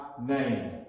name